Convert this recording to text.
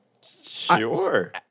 Sure